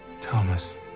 Thomas